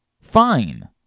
fine